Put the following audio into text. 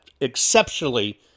exceptionally